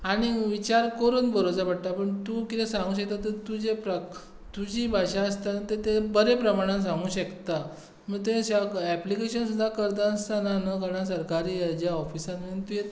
आनीक विचार करून बरोवचो पडटा ते पूण तूं कितें सांगूक शकता ते तुजी प्रक तुजी भाशा आसता न्हू बरे प्रमाणान सांगूंक शकता मागीर ते एप्लीकेशन सुदा करता आसतना न्हू कोणा सरकारी हाज्या ऑफिसांत बीन तुवें